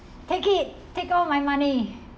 take it take all my money